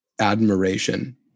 admiration